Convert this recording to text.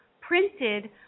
printed